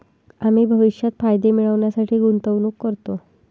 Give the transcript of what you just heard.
आम्ही भविष्यात फायदे मिळविण्यासाठी गुंतवणूक करतो